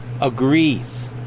agrees